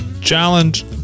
Challenge